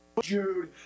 Jude